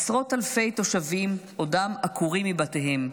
עשרות אלפי תושבים עודם עקורים מבתיהם,